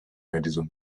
madison